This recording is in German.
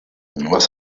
was